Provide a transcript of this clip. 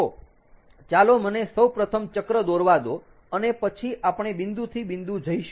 તો ચાલો મને સૌપ્રથમ ચક્ર દોરવા દો અને પછી આપણે બિંદુ થી બિંદુ જઈશું